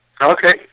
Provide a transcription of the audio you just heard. Okay